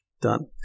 Done